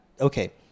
okay